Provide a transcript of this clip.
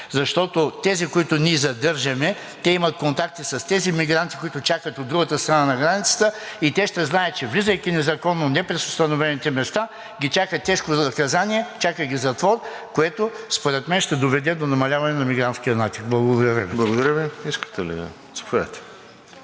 защото тези, които ние задържаме, те имат контакти с тези мигранти, които чакат от другата страна на границата, и те ще знаят, че влизайки незаконно не през установените места, ги чака тежко наказание, чака ги затвор, което според мен ще доведе до намаляване на мигрантския натиск. Благодаря Ви. ПРЕДСЕДАТЕЛ РОСЕН ЖЕЛЯЗКОВ: